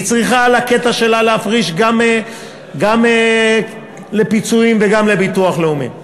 והיא צריכה על הקטע שלה להפריש גם לפיצויים וגם לביטוח לאומי.